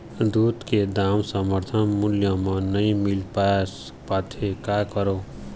दूध के दाम समर्थन मूल्य म नई मील पास पाथे, का करों?